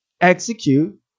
execute